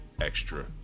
extra